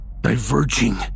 diverging